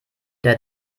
der